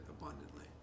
abundantly